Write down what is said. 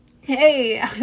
Hey